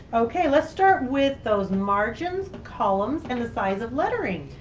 okay, let's start with those margins. columns. and the size of lettering.